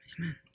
Amen